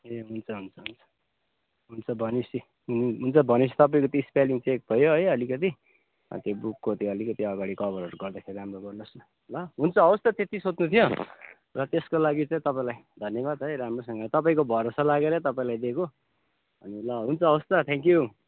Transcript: ए हुन्छ हुन्छ हुन्छ हुन्छ भनेपछि हुन्छ भनेपछि तपाईँको त्यो स्पेलिङ चेक भयो है अलिकति त्यो बुकको त्यो अलिकति अगाडि कभरहरू गर्दाखेरि राम्रो गर्नुहोस् न ल हुन्छ हवस् त त्यति सोध्नु थियो र त्यसको लागि चाहिँ तपाईँलाई धन्यवाद है राम्रोसँग तपाईँको भरोसा लागरै तपाईँलाई दिएको अनि ल हुन्छ हवस् त थ्याङ्क्यु